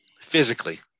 physically